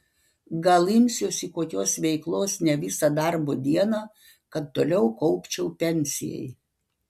gal imsiuosi kokios veiklos ne visą darbo dieną kad toliau kaupčiau pensijai